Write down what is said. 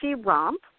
Romp